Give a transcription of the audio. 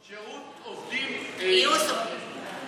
שירות עובדים, גיוס עובדים.